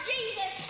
Jesus